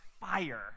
fire